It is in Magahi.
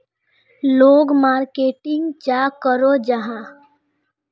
लोग मार्केटिंग चाँ करो जाहा?